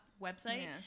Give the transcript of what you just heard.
website